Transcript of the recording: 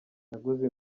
naguze